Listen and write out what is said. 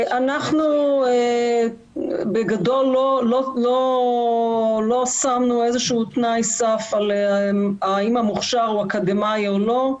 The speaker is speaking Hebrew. אנחנו בגדול לא שמנו איזה שהוא תנאי סף על האם המוכשר הוא אקדמאי או לא,